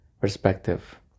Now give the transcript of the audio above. perspective